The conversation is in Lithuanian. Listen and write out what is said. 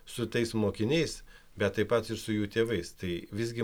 su tais mokiniais bet taip pat ir su jų tėvais tai visgi